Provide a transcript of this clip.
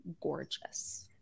gorgeous